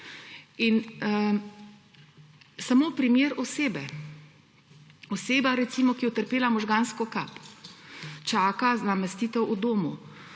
samo primer recimo osebe, ki je utrpela možgansko kap in čaka namestitev v domu.